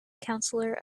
counselor